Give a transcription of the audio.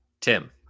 Tim